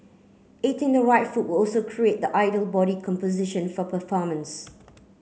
eating the right food will also create the ideal body composition for performance